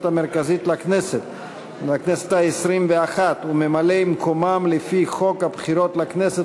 המרכזית לכנסת ה-21 וממלאי-מקומם לפי חוק הבחירות לכנסת